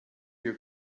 your